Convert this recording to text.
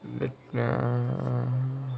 ya